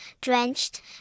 drenched